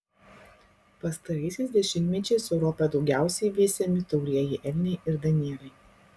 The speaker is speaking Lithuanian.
pastaraisiais dešimtmečiais europoje daugiausiai veisiami taurieji elniai ir danieliai